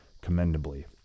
commendably